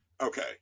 Okay